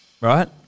right